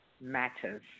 matters